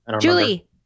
Julie